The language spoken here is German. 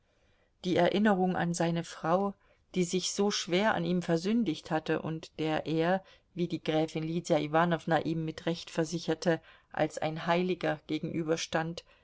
die erinnerung an seine frau die sich so schwer an ihm versündigt hatte und der er wie die gräfin lydia iwanowna ihm mit recht versicherte als ein heiliger